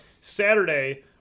Saturday